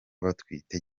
batwite